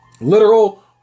Literal